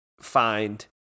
find